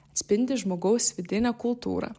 atspindi žmogaus vidinę kultūrą